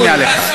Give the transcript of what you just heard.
אני אשמיע לך.